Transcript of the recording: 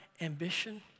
ambition